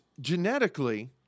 genetically